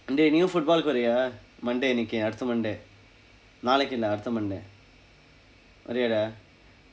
dey நீயும்:niiyum football-ku வரியா:variyaa monday அன்னைக்கு அடுத்த:annaikku aduththa monday நாளைக்கு இல்லை அடுத்த:naalaikku illai aduththa monday வரியா:variyaa dah